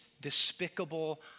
despicable